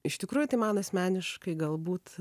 iš tikrųjų tai man asmeniškai galbūt